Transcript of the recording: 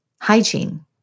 hygiene